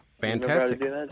Fantastic